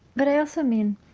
but i also mean